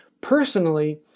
personally